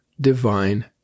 divine